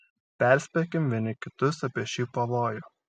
perspėkim vieni kitus apie šį pavojų